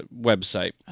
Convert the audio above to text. website